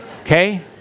Okay